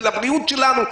ולבריאות שלנו.